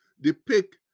depict